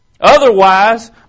Otherwise